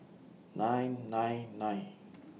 nine nine nine